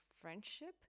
friendship